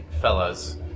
fellas